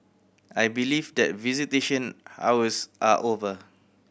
I believe that visitation hours are over